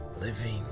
living